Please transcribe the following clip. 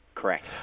Correct